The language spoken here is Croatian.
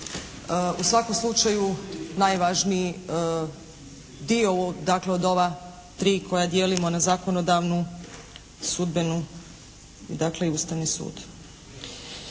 u svakom slučaju najvažniji dio dakle od ova tri koja dijelimo na zakonodavnu, sudbenu i dakle i Ustavni sud.